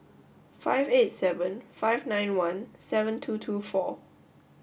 five eight seven five nine one seven two two four